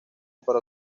para